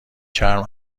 چرم